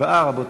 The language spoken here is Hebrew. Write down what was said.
חוק